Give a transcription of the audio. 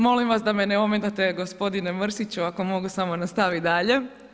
Molim vas da me ne ometate gospodine Mrsiću ako mogu samo nastaviti dalje.